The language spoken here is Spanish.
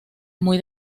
muy